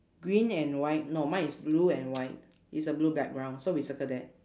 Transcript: green and white no mine is blue and white it's a blue background so we circle that